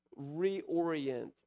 reorient